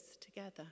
together